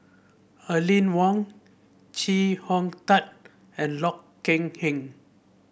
Aline Wong Chee Hong Tat and Loh Kok Heng